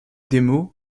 démo